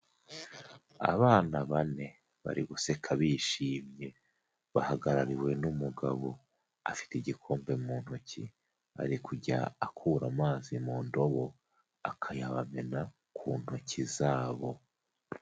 Abana bane bari guseka bishimye bahagarariwe n'umugabo afite igikombe mu ntoki ari kujya akura amazi mu ndobo akayabamena ku ntoki zabo.